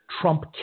Trump